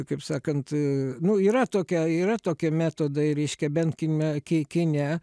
kaip sakant nu yra tokia yra tokie metodai reiškia bent kime ki kine